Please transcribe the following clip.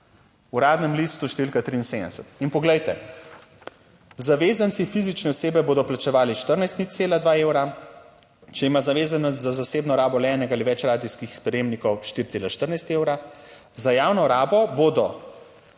v Uradnem listu številka 73 in poglejte, zavezanci, fizične osebe, bodo plačevali 14 0,2 evra, če ima zavezanec za zasebno rabo le enega ali več radijskih sprejemnikov 4,14 evra, za javno rabo bodo